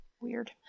Weird